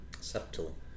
Subtle